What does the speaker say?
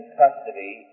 custody